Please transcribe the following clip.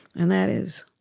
and that is,